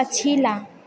पछिला